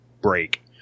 break